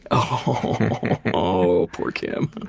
ah oh oh oh, poor kim.